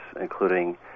including